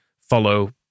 follow